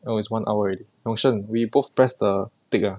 oh it's one hour already yong shen we both press the tick ah